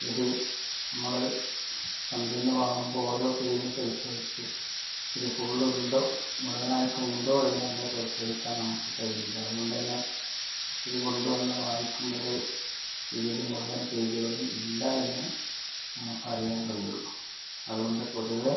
ഇത് നമ്മള് ചന്തയിൽ നിന്ന് വാങ്ങുമ്പോൾ ഓരോ പേരും പരിശോധിച്ച് ഇത് ഫുള്ളുണ്ടോ മുഴുവനായിട്ടുണ്ടോ എന്നുള്ളത് പരിശോധിക്കാൻ നമുക്ക് കഴിയില്ല അതുകൊണ്ട് തന്നെ ഇത് കൊണ്ടുവന്ന് വായിക്കുമ്പഴേ ഇതില് മുഴുവൻ പേജുകളും ഇല്ല എന്ന് നമുക്കറിയാൻ കഴിയുകയുള്ളു അതുകൊണ്ട് പൊതുവെ